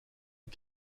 une